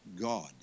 God